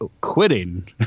quitting